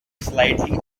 slightly